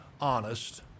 honest